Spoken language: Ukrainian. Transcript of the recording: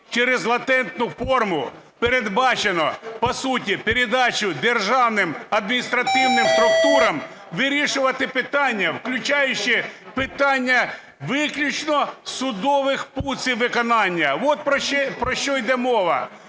через латентну форму передбачено по суті передачу державним адміністративним структурам вирішувати питання, включаючи питання виключно судових функцій виконання. Ось про що йде мова.